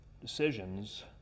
decisions